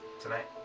tonight